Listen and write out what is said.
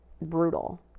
brutal